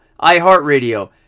iHeartRadio